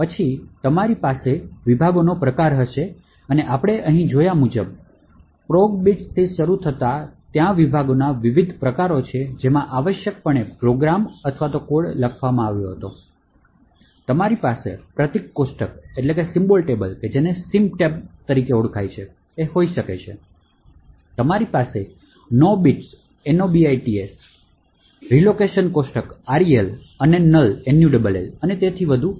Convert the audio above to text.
પછી તમારી પાસે વિભાગનો પ્રકાર હશે અને આપણે અહીં જોયા મુજબ PROGBITS થી શરૂ થતાં ત્યાં વિભાગના વિવિધ પ્રકારો છે જેમાં આવશ્યકપણે પ્રોગ્રામ અથવા કોડ લખવામાં આવ્યો હતો તમારી પાસે પ્રતીક કોષ્ટક હોઈ શકે છે તમારી પાસે NOBITS રિલોકેશન કોષ્ટક અને NULL અને તેથી વધુ છે